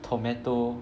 tomato